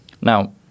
Now